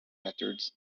methods